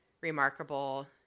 remarkable